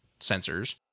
sensors